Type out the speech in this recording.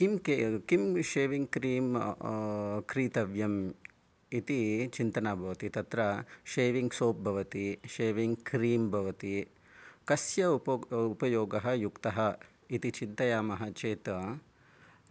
किं के किं षेविङ्ग् क्रीम् क्रेतव्यम् इति चिन्तनं भवति तत्र षेविङ्ग् सोप् भवति षेविङ्ग् क्री भवति कस्य उप उपयोगः युक्तः इति चिन्तयामः चेत्